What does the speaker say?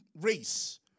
race